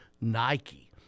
Nike